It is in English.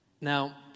Now